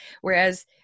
Whereas